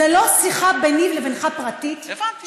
זו לא שיחה פרטית ביני לבינך, הבנתי.